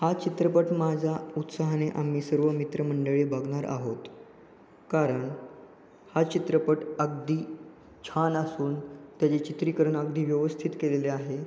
हा चित्रपट माझा उत्साहाने आम्ही सर्व मित्रमंडळी बघणार आहोत कारण हा चित्रपट अगदी छान असून त्याचे चित्रीकरण अगदी व्यवस्थित केलेले आहे